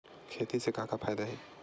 खेती से का का फ़ायदा हे?